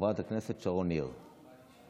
חברת הכנסת שרון ניר, בבקשה.